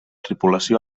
tripulació